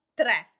tre